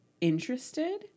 interested